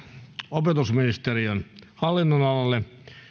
opetusministeriön hallinnonalalle